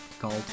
called